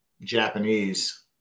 japanese